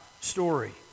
story